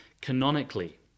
canonically